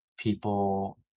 people